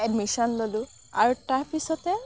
admission ল'লোঁ আৰু তাৰপিছতে